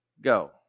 go